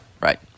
right